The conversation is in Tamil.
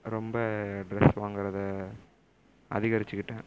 ரொம்ப ட்ரெஸ் வாங்கிறத அதிகரிச்சுக்கிட்டேன்